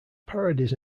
parodies